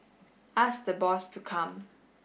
ask the boss to come